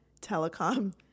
telecom